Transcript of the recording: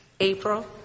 April